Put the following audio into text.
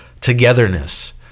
togetherness